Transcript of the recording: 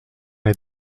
les